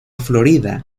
florida